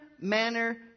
manner